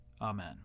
Amen